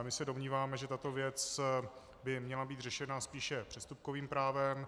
My se domníváme, že tato věc by měla být řešena spíše přestupkovým právem.